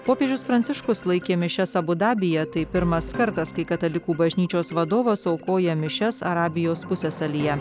popiežius pranciškus laikė mišias abu dabyje tai pirmas kartas kai katalikų bažnyčios vadovas aukoja mišias arabijos pusiasalyje